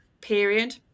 period